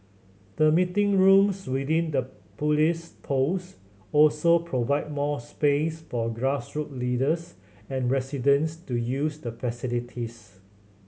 the meeting rooms within the police post also provide more space for grassroot leaders and residents to use the facilities